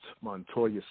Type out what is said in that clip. Montoya